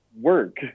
work